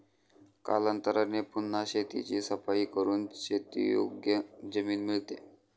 कालांतराने पुन्हा शेताची सफाई करून शेतीयोग्य जमीन मिळते